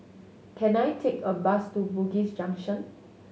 can I take a bus to Bugis Junction